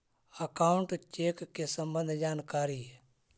Account check के सम्बन्ध जानकारी?